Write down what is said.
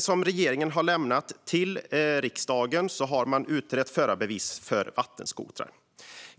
som regeringen har lämnat till riksdagen har man utrett förarbevis för vattenskotrar.